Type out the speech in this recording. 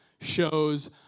shows